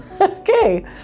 Okay